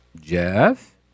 Jeff